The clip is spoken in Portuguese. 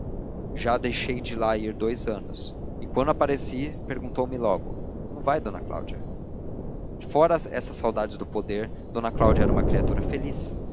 já deixei de lá ir dous anos e quando apareci perguntou-me logo como vai d cláudia afora essas saudades do poder d cláudia era uma criatura feliz